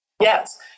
Yes